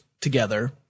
together